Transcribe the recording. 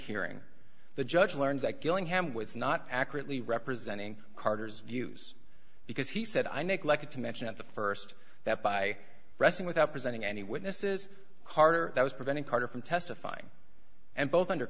hearing the judge learns at gillingham was not accurately representing carter's views because he said i neglected to mention at the first that by resting without presenting any witnesses carter that was preventing carter from testifying and both under